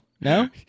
no